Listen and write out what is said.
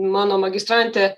mano magistrantė